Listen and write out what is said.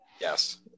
Yes